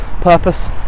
purpose